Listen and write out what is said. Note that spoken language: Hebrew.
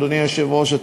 אדוני היושב-ראש,